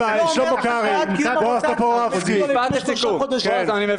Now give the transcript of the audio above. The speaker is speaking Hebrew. בעד קיום הרוטציה --- לפני שלושה חודשים.